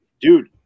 dude